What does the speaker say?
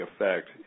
effect